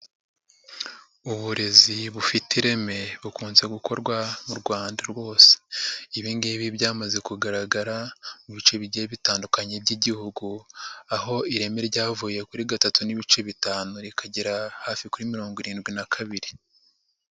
Uburezi bufite ireme bukunze gukorwa n'u Rwanda rwose, ibingibi byamaze kugaragara mu bice bigiye bitandukanye by'igihugu, aho ireme ryavuye kuri gatatu n'ibice bitanu rikagera hafi kuri mirongo irindwi na kabiri.